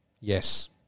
Yes